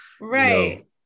Right